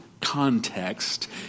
context